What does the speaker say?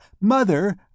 Mother